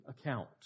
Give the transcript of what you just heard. account